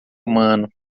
humano